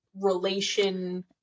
relation